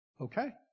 Okay